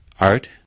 art